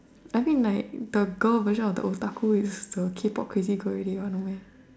I think like the girl version of the otaku is the K-pop crazy girl already lor no meh